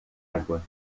água